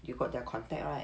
you got their contact right